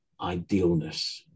idealness